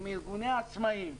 עם ארגוני העצמאים,